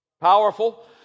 powerful